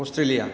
Australia